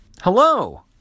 Hello